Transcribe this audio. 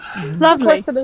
Lovely